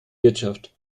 wirtschaft